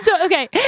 Okay